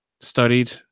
studied